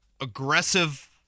aggressive